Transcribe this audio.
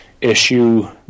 issue